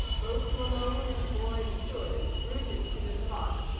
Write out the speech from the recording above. both malone and boyd stood, rooted to the spot,